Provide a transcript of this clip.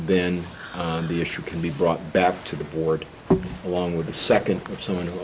then the issue can be brought back to the board along with the second if someone w